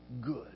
good